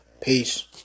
Peace